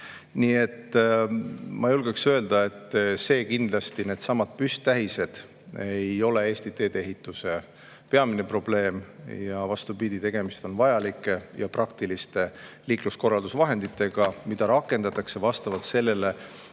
Nii et ma julgeks öelda, et kindlasti needsamad püsttähised ei ole Eesti teedeehituse peamine probleem. Vastupidi, tegemist on vajalike ja praktiliste liikluskorraldusvahenditega, mida rakendatakse vastavalt sellele,